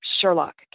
Sherlock